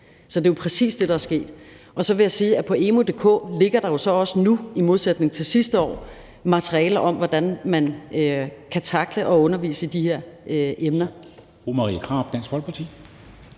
Så det er præcis det, der er sket. Så vil jeg sige, at på emu.dk ligger der jo så også nu, i modsætning til sidste år, materiale om, hvordan man kan tackle at undervise i de her emner.